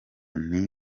nti